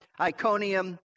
Iconium